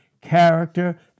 character